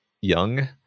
young